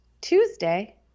Tuesday